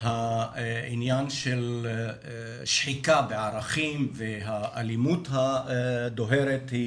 העניין של שחיקה בערכים והאלימות הדוהרת היא